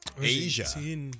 Asia